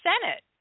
Senate